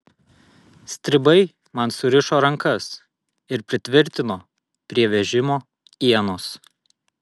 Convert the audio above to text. stribai man surišo rankas ir pritvirtino prie vežimo ienos